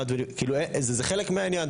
זה חלק מהעניין.